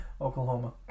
Oklahoma